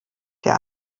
der